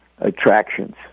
attractions